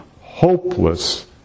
hopeless